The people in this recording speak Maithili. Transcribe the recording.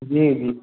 जी जी